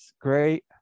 great